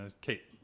kate